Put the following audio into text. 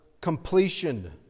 completion